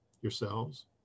yourselves